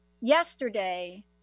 Yesterday